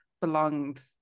belonged